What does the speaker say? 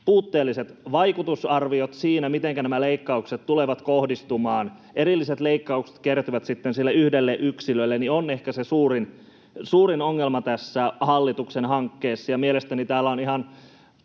puutteelliset vaikutusarviot siinä, mitenkä nämä leikkaukset tulevat kohdistumaan ja erilliset leikkaukset kertyvät sitten sille yhdelle yksilölle, ovat ehkä se suurin ongelma tässä hallituksen hankkeessa. Mielestäni täällä on ihan